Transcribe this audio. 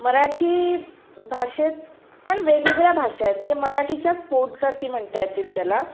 मराठी भाषेत पण वेगवेगळ्या भाषा आहेत म्हणजे मराठीच्याच पोटजाती म्हणता येतील त्याला